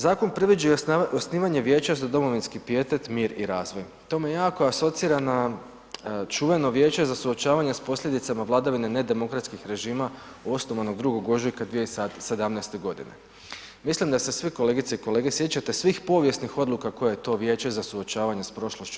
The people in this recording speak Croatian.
Zakon predviđa i osnivanje vijeća za domovinski pijetet, mir i razvoj, to me jako asocira na čuveno Vijeće za suočavanje s posljedicama vladavine nedemokratskih režima osnovanog 2. ožujka 2017. g. Mislim da se svi, kolegice i kolege sjećate svih povijesnih odluka koje je to Vijeće za suočavanje s prošlošću